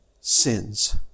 sins